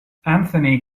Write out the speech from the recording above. anthony